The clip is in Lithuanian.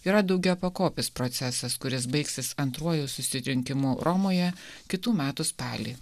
yra daugiapakopis procesas kuris baigsis antruoju susirinkimu romoje kitų metų spalį